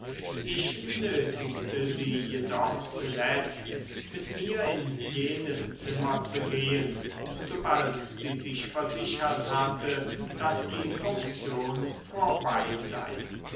ich nötigte sie jedoch zuletzt mit mir in jenes zimmer zu gehen sobald sie sich versichert hatte daß die funktion vorbei sei